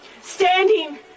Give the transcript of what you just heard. standing